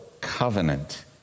covenant